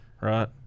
right